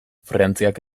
frantziak